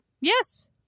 yes